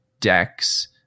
decks